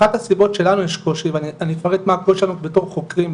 אחת הסיבות שלנו יש קושי ואני אפרט מה הקושי שלנו בתור חוקרים,